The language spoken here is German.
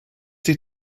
die